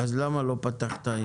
למה לא פתחת?